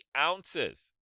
ounces